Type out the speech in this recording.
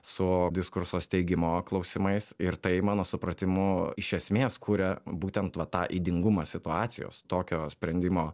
su diskurso steigimo klausimais ir tai mano supratimu iš esmės kuria būtent va tą ydingumą situacijos tokio sprendimo